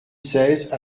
seize